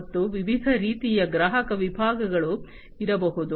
ಮತ್ತು ವಿವಿಧ ರೀತಿಯ ಗ್ರಾಹಕ ವಿಭಾಗಗಳು ಇರಬಹುದು